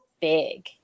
big